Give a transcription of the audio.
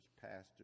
pastors